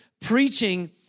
preaching